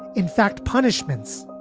in fact punishments.